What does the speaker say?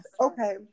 Okay